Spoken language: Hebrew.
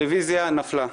הרוויזיה נפלה.